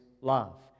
love